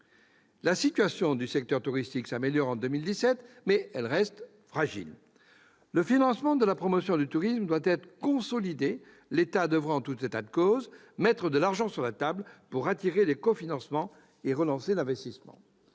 La situation du secteur touristique s'améliore en 2017, mais elle reste fragile. Le financement de la promotion du tourisme doit être consolidé ; l'État devra, en tout état de cause, mettre de l'argent sur la table pour attirer des cofinancements et relancer l'investissement.